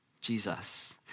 Jesus